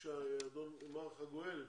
מר חגואל,